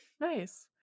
Nice